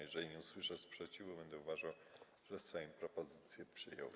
Jeżeli nie usłyszę sprzeciwu, będę uważał, że Sejm propozycję przyjął.